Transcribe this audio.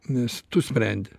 nes tu sprendi